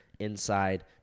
inside